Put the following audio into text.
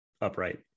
upright